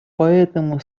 поэтому